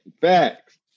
Facts